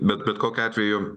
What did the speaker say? bet bet kokiu atveju